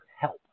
help